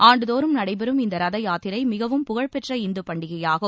ஆண்டுதோறும் நடைபெறும் இந்த ரத யாத்திரை மிகவும் புகழ்பெற்ற இந்து பண்டிகையாகும்